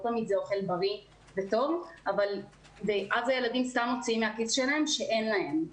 לא תמיד זה אוכל בריא וטוב ואז הילדים סתם מוציאים מהכיס שלהם שאין להם.